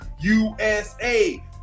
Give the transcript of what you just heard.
usa